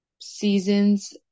seasons